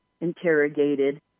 interrogated